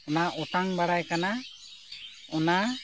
ᱚᱱᱟ ᱚᱴᱟᱝ ᱵᱟᱲᱟᱭ ᱠᱟᱱᱟ ᱚᱱᱟ